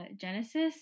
Genesis